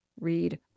read